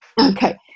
Okay